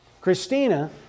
Christina